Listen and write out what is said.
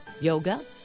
yoga